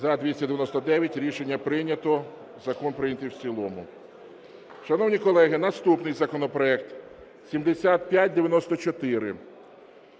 За-299 Рішення прийнято. Закон прийнятий в цілому. Шановні колеги, наступний законопроект 7594.